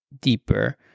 deeper